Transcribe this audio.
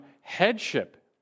headship